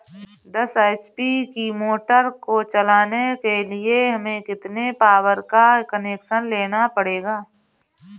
दस एच.पी की मोटर को चलाने के लिए हमें कितने पावर का कनेक्शन लेना पड़ेगा?